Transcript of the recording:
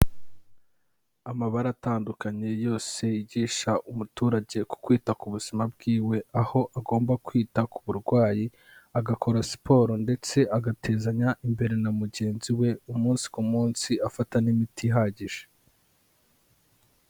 Amabara atandukanye yose yigisha umuturage ku kwita ku buzima bwiwe, aho agomba kwita ku burwayi, agakora siporo ndetse agatezanya imbere na mugenzi we umunsi ku munsi, afata n'imiti ihagije.